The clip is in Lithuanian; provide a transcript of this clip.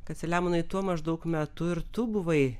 kad selemonui tuo maždaug metu ir tu buvai